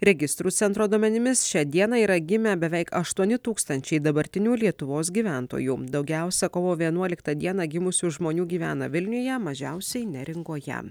registrų centro duomenimis šią dieną yra gimę beveik aštuoni tūkstančiai dabartinių lietuvos gyventojų daugiausia kovo vienuoliktą dieną gimusių žmonių gyvena vilniuje mažiausiai neringoje